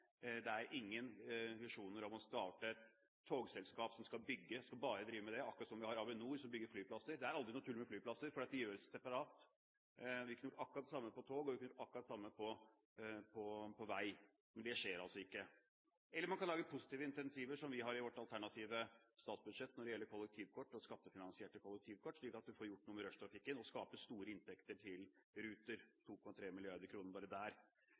Det er ingen visjoner om å starte et togselskap som bare skal bygge, tilsvarende Avinor som bygger flyplasser. Det er aldri noe tull med flyplasser, for det gjøres separat. Vi kunne gjort akkurat det samme med tog, og vi kunne gjort akkurat det samme med vei. Men det skjer altså ikke. Eller man kan lage positive insentiver, som vi har i vårt alternative statsbudsjett når det gjelder kollektivkort og skattefinansierte kollektivkort, slik at man får gjort noe med rushtrafikken og skaper store inntekter til Ruter – 2,3 mrd. kr bare der.